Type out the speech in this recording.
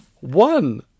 One